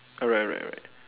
alright alright alright